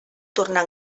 tornar